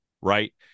right